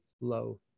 low